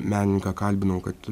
menininką kalbinau kad